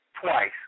twice